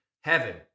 heaven